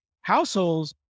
households